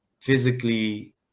physically